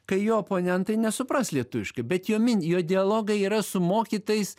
kai jo oponentai nesupras lietuviškai bet jo mini jo dialogai yra su mokytais